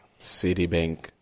Citibank